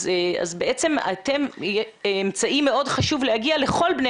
בעצם אתם אמצעי מאוד חשוב להגיע לכל בני